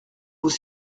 vous